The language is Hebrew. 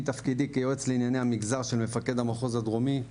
מתפקידי כיועץ לענייני המגזר של מפקד המחוז הדרומי,